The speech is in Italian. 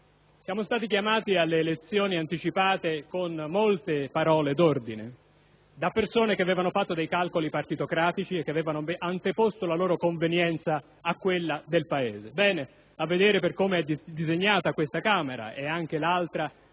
Siamo stati chiamati alle elezioni anticipate con molte parole d'ordine da persone che avevano fatto calcoli partitocratici ed avevano anteposto la propria convenienza a quella del Paese. Ebbene, osservando come sono disegnate questa ed anche l'altra